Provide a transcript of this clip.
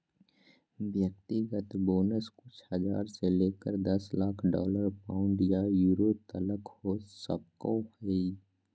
व्यक्तिगत बोनस कुछ हज़ार से लेकर दस लाख डॉलर, पाउंड या यूरो तलक हो सको हइ